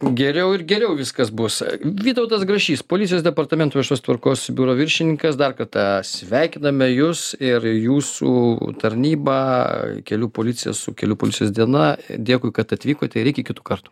geriau ir geriau viskas bus vytautas grašys policijos departamento viešos tvarkos biuro viršininkas dar kartą sveikiname jus ir jūsų tarnybą kelių policiją su kelių policijos diena dėkui kad atvykote ir iki kitų kartų